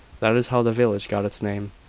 that is how the village got its name.